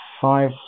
five